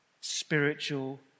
spiritual